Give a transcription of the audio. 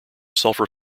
sulfur